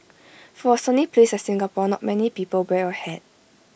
for A sunny place like Singapore not many people wear A hat